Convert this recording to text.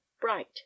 bright